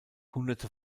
hunderte